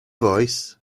voice